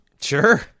Sure